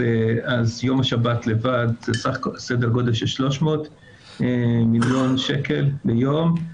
אז יום השבת לבד זה סדר גודל של 300 מיליון שקל ביום,